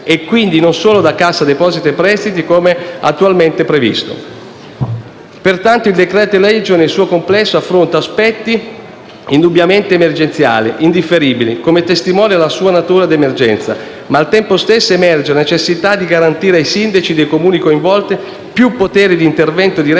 per quelli contratti con Cassa depositi e prestiti, come attualmente previsto. Pertanto, il decreto-legge nel suo complesso affronta aspetti indubbiamente emergenziali, indifferibili, come testimonia la sua natura di emergenza. Ma al tempo stesso emerge la necessità di garantire ai sindaci dei Comuni coinvolti più potere di intervento diretto e più